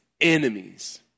enemies